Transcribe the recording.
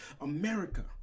america